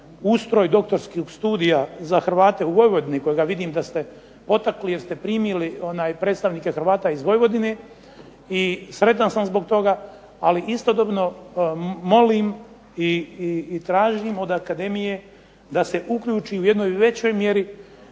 doktorskog studija za Hrvate u Vojvodini kojega vidim da ste potakli jer ste primili predstavnike Hrvata iz Vojvodine i sretan sam zbog toga. Ali istodobno molim i tražim od Akademije da se uključi u jednoj većoj mjeri